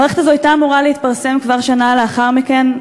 המערכת הזאת הייתה אמורה להתפרסם כבר שנה לאחר מכן,